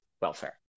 welfare